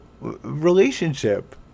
relationship